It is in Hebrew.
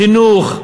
חינוך.